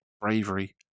bravery